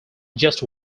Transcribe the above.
just